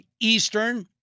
Eastern